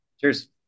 Cheers